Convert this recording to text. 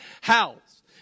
house